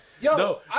yo